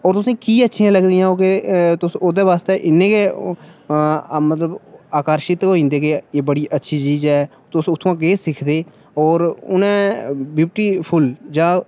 होर ओह् कि अच्छियां लगदियां तुस उं'दे आस्तै इन्ने गै मतलब अकर्शित होई जंदे केह् बड़ी अच्छी चीज ऐ तुस उत्थुआं केह् सिखदे और उ'नें ब्यूटीफुल जां इंग्लिश बिच्च